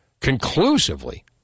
conclusively